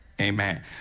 Amen